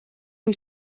wyt